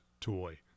toy